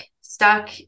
stuck